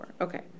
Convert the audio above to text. Okay